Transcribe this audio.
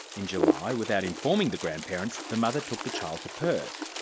in july, without informing the grandparents, the mother took the child to perth.